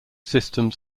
systems